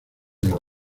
del